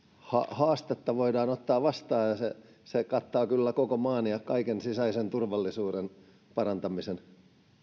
haastetta voidaan ottaa vastaan ja se se kattaa kyllä koko maan ja kaiken sisäisen turvallisuuden parantamisen